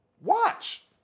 Watch